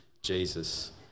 Jesus